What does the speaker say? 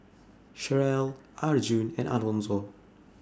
Cherelle Arjun and Alonzo